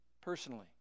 personally